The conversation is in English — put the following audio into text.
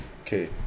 Okay